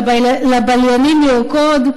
לבליינים לרקוד,